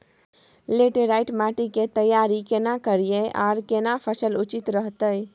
Laterite माटी की तैयारी केना करिए आर केना फसल उचित रहते?